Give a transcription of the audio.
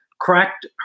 cracked